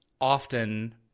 often